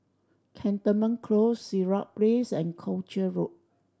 Cantonment Close Sirat Place and Croucher Road